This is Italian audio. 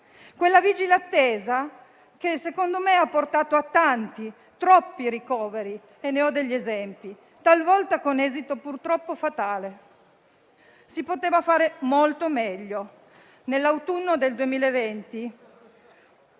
Quella vigile attesa che, secondo me, ha portato a tanti, troppi ricoveri (e ne ho degli esempi), talvolta con esito purtroppo fatale. Si poteva fare molto meglio. Nell'autunno 2020